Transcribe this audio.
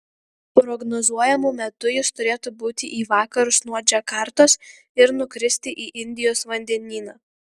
prognozuojamu metu jis turėtų būti į vakarus nuo džakartos ir nukristi į indijos vandenyną